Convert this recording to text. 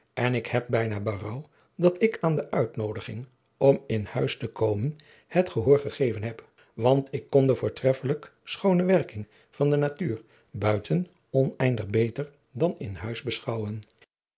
en ik heb bijna berouw dat ik aan de uitnoodiging om in huis te komen heb gehoor gegeven want ik kon de voortreffelijk schoone werking van de natuur buiten oneindig beter dan in huis beschouwen